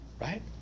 right